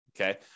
okay